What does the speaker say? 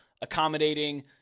accommodating